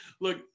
look